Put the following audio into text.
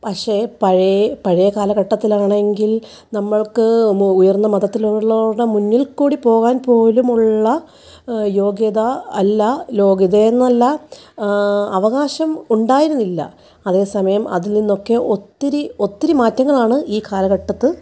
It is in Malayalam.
പക്ഷേ പഴയ പഴയ കാലഘട്ടത്തില് ആണെങ്കില് നമ്മള്ക്ക് ഉയര്ന്ന മതത്തിലുള്ളവരുടെ മുന്നില് കൂടി പോകാന് പോലുമുള്ള യോഗ്യത അല്ല യോഗ്യതയെന്നല്ല അവകാശം ഉണ്ടായിരുന്നില്ല അതേ സമയം അതില് നിന്നൊക്കെ ഒത്തിരി ഒത്തിരി മാറ്റങ്ങളാണ് ഈ കാലഘട്ടത്ത്